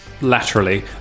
laterally